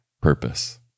purpose